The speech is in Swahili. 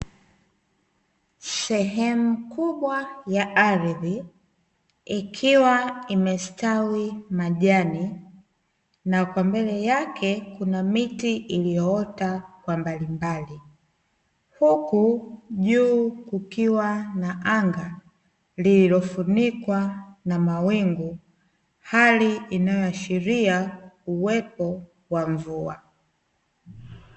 Sehemu kubwa ya aridhi ikiwa imestawi majani, na kwa mbele yake kuna miti iliyoota kwa mbalimbali, huku juu kukiwa na anga lililofunikwa na mawingu hali inayoashiria uwepo wa mvua.